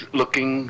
looking